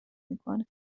میکنه